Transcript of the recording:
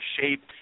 shape